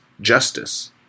justice